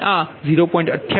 549 અને આ 0